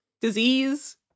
Disease